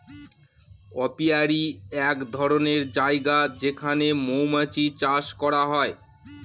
apiary এক ধরনের জায়গা যেখানে মৌমাছি চাষ করা হয়